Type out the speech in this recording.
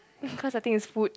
cause I think it's food